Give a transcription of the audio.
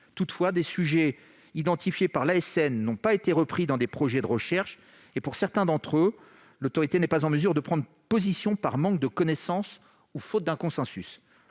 Toutefois, des sujets identifiés par l'ASN n'ont pas été repris dans des projets de recherche et, sur certains d'entre eux, l'Autorité n'est pas en mesure de prendre position par manque de connaissances ou faute d'un consensus.